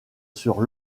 sur